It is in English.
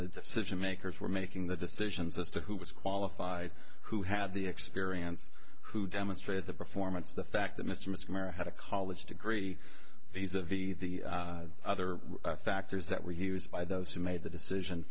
the decision makers were making the decisions as to who was qualified who had the experience who demonstrated the performance the fact that mr midsomer had a college degree these of the other factors that were used by those who made the decision